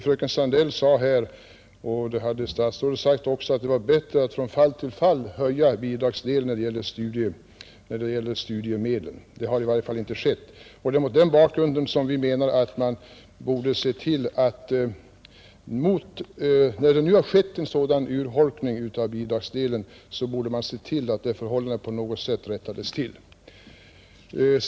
Fröken Sandell sade, och det har statsrådet också framhållit, att det vore bättre att höja studiemedlens bidragsdel från fall till fall, men det har i varje fall inte skett. När det nu har skett en sådan urholkning av bidragsdelen menar vi att man borde se till att det förhållandet på något sätt rättades till.